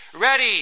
ready